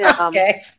Okay